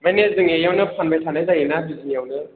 माने जोंनि बेयावनो फानबाय थानाय जायो ना बिजनियावनो